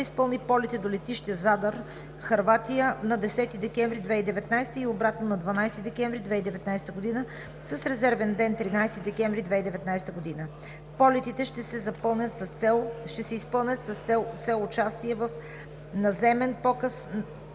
изпълни полети до летище Задар, Хърватия, на 10 декември 2019 г. и обратно на 12 декември 2019 г., с резервен ден 13 декември 2019 г. Полетите ще се изпълнят с цел участие в наземен показ